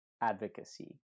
advocacy